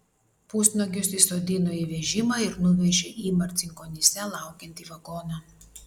pusnuogius įsodino į vežimą ir nuvežė į marcinkonyse laukiantį vagoną